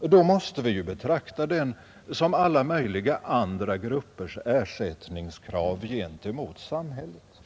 Då måste vi betrakta detta krav på samma sätt som alla möjliga andra gruppers ersättningskrav gentemot samhället.